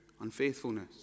unfaithfulness